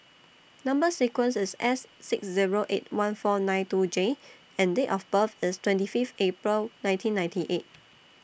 Number sequence IS S six Zero eight one four nine two J and Date of birth IS twenty five April nineteen ninety eight